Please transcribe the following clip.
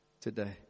today